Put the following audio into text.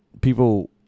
people